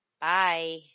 Bye